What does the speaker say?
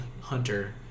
Hunter